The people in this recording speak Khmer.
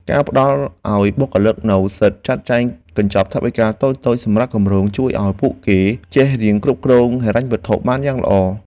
ការផ្តល់ឱ្យបុគ្គលិកនូវសិទ្ធិចាត់ចែងកញ្ចប់ថវិកាតូចៗសម្រាប់គម្រោង ជួយឱ្យពួកគេចេះរៀនគ្រប់គ្រងហិរញ្ញវត្ថុបានយ៉ាងល្អ។